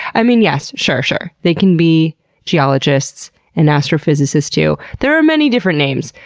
i mean yes, sure, sure, they can be geologists and astrophysicists too. there are many different names.